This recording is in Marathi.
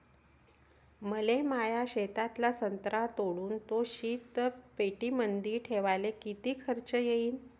मले माया शेतातला संत्रा तोडून तो शीतपेटीमंदी ठेवायले किती खर्च येईन?